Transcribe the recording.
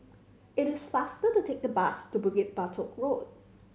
it is faster to take the bus to Bukit Batok Road